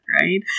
right